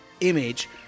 image